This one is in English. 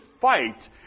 fight